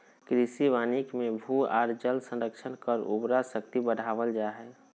कृषि वानिकी मे भू आर जल संरक्षण कर उर्वरा शक्ति बढ़ावल जा हई